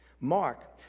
Mark